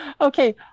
Okay